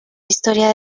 historia